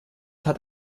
hat